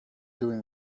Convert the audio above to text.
doing